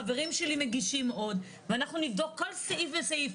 חברים שלי מגישים עוד ואנחנו נבדוק כל סעיף וסעיף,